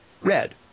red